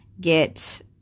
get